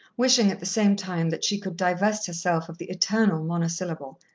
wishing at the same time that she could divest herself of the eternal monosyllable.